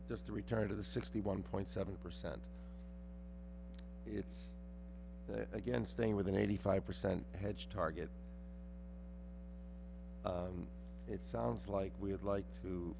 just to return to the sixty one point seven percent it's again staying with an eighty five percent hedged target it sounds like we would like t